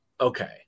okay